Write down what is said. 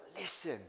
listen